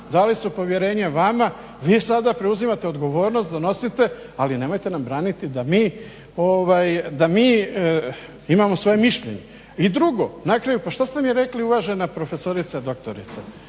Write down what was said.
dali su povjerenje vama. Vi sada preuzimate odgovornost, donosite ali nemojte nam braniti da mi imamo svoje mišljenje. I drugo na kraju pa što ste mi rekli uvažena profesorice, doktorice